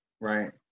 right